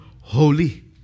holy